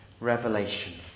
Revelation